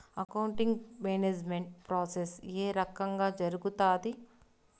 accounting management process ఏ రకంగా జరుగుతాది